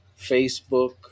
facebook